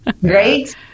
Great